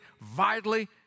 vitally